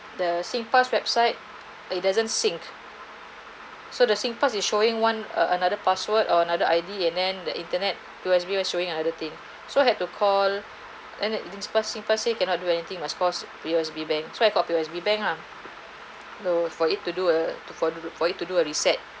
the SingPass website it doesn't sync so the SingPass is showing one err another password or another I_D and then the internet P_O_S_B [one] is showing another thing so had to call and it it's passing passing cannot do anything must call P_O_S_B bank so I called P_O_S_B bank lah for it to do a f~ for it to do a reset